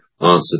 answer